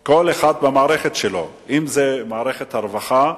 כל אחד במערכת שלו, אם זה מערכת הרווחה,